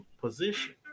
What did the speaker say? position